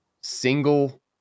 single